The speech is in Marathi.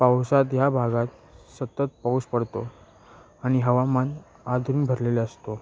पावसात ह्या भागात सतत पाऊस पडतो आणि हवामान आधून भरलेला असतो